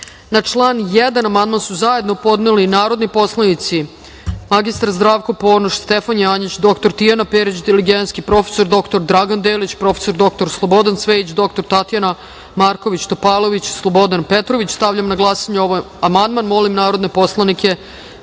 član 4. amandman su zajedno podneli narodni poslanici mr Zdravko Ponoš, Stefan Janjić, dr Tijana Perić Diligenski, prof. dr Dragan Delić, prof. dr Slobodan Cvejić, dr Tatjana Marković Topalović i Slobodan Petrović. Stavljam na glasanje ovaj amandman. Molim narodne poslanike